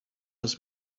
was